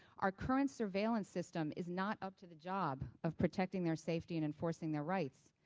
our current surveillance system is not up to the job of protecting their safety and enforcing their rights.